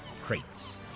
crates